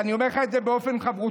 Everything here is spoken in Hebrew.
ואני אומר לך את זה באופן חברותי,